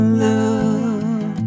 love